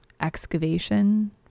excavation